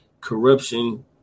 Corruption